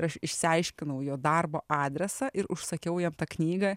ir aš išsiaiškinau jo darbo adresą ir užsakiau jam tą knygą